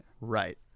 Right